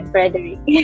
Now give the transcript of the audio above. Frederick